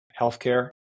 healthcare